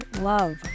love